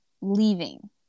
leaving